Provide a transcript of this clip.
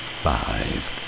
Five